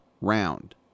round